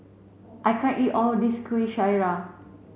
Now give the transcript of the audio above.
I can't eat all of this Kuih Syara